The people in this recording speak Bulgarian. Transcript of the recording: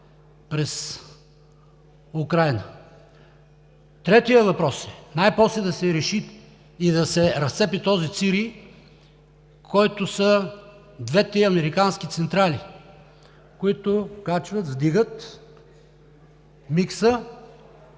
Третият въпрос. Най-после да се реши и да се разцепи този цирей, който са двете американски централи, които качват, вдигат микса